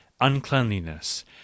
uncleanliness